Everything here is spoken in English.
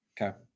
Okay